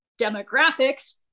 Demographics